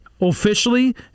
Officially